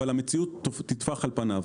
אבל המציאות תטפח על פניו.